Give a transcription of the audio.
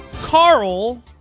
Carl